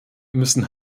müssen